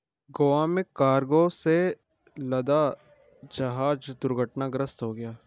गोवा में कार्गो से लदा जहाज दुर्घटनाग्रस्त हो गया